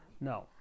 no